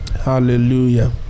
hallelujah